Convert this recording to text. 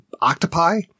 octopi –